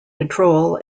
control